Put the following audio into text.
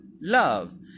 love